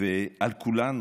ועל כולנו,